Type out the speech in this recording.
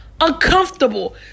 uncomfortable